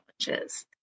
challenges